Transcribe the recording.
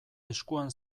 eskuan